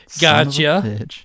Gotcha